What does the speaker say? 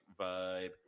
vibe